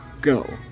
Go